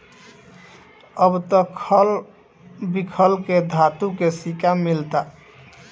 अब त खल बिखल के धातु के सिक्का मिलता